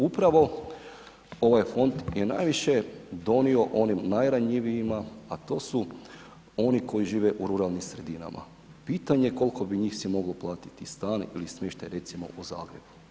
Upravo ovaj Fond je najviše donio onim najranjivijima, a to su oni koji žive u ruralnim sredinama, pitanje kol'ko bi njih si moglo platiti stan ili smještaj recimo u Zagrebu.